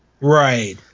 Right